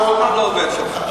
אף אחד לא עובד שם.